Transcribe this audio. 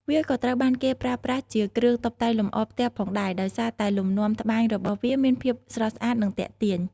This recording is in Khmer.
វាក៏ត្រូវបានគេប្រើប្រាស់ជាគ្រឿងតុបតែងលម្អផ្ទះផងដែរ ដោយសារតែលំនាំត្បាញរបស់វាមានភាពស្រស់ស្អាតនិងទាក់ទាញ។